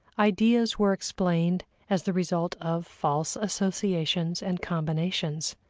ideas were explained as the result of false associations and combinations.